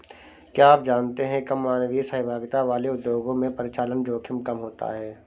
क्या आप जानते है कम मानवीय सहभागिता वाले उद्योगों में परिचालन जोखिम कम होता है?